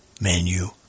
menu